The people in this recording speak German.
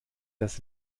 das